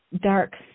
dark